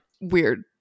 weird